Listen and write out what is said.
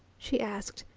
she asked.